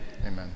Amen